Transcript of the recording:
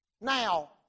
Now